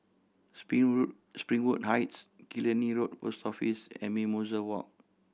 Springwood Springwood Heights Killiney Road Post Office and Mimosa Walk